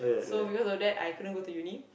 so because of that I couldn't go to uni